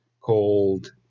Called